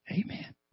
Amen